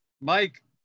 Mike